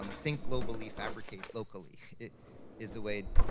um think globally, fabricate locally. it is a way,